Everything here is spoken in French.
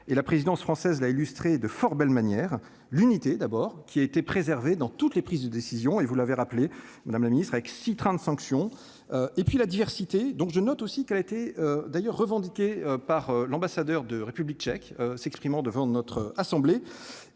et la présidence française l'illustré de fort belle manière l'unité d'abord qui a été préservé dans toutes les prises de décision, et vous l'avez rappelé, madame la ministre, avec 6 trains de sanctions et puis la diversité donc je note aussi qu'elle était d'ailleurs revendiqué par l'ambassadeur de République tchèque, s'exprimant devant notre assemblée